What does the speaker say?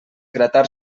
gratar